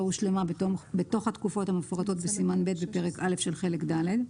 הושלמה בתוך התקופות המפורטות בסימן ב' בפרק א' של חלק ד'.